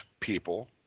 people